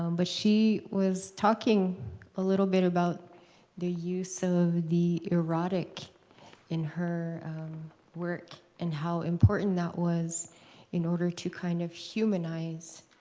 um but she was talking a little bit about the use of so the erotic in her work and how important that was in order to kind of humanize